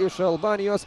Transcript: iš albanijos